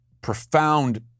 profound